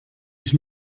ich